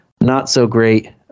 not-so-great